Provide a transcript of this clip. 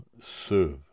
serve